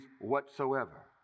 whatsoever